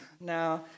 now